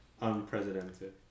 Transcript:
unprecedented